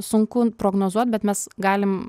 sunku prognozuot bet mes galim